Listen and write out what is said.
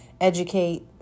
educate